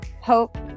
hope